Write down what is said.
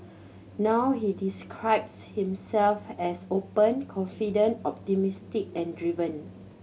now he describes himself as open confident optimistic and driven